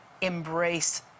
embrace